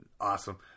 Awesome